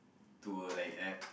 to like like